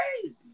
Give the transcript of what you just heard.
crazy